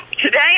Today